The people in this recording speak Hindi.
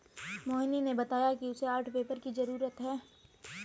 मोहिनी ने बताया कि उसे आर्ट पेपर की जरूरत है